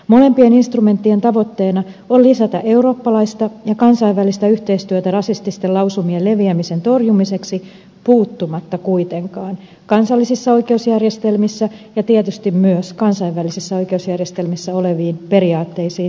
molempien instrumenttien tavoitteena on lisätä eurooppalaista ja kansainvälistä yhteistyötä rasististen lausumien leviämisen torjumiseksi puuttumatta kuitenkaan kansallisissa oikeusjärjestelmissä ja tietysti myös kansainvälisissä oikeusjärjestelmissä oleviin periaatteisiin ilmaisunvapaudesta